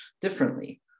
differently